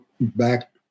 back